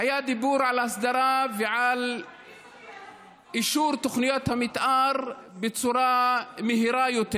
היה דיבור על הסדרה ואישור תוכניות המתאר בצורה מהירה יותר.